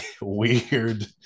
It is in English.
weird